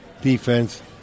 defense